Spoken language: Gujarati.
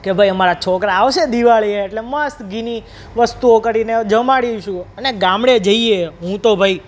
કે ભાઈ અમારા છોકરા આવશે દિવાળીએ એટલે મસ્ત ઘીની વસ્તુઓ કરીને જમાડીશું અને ગામડે જઈએ હું તો ભાઈ